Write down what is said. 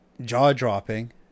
jaw-dropping